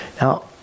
Now